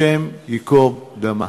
השם ייקום דמה.